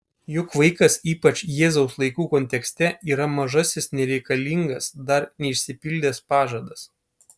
juk vaikas ypač jėzaus laikų kontekste yra mažasis nereikalingas dar neišsipildęs pažadas